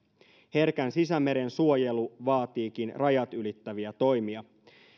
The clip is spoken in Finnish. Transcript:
herkän sisämeren suojelu vaatiikin rajat ylittäviä toimia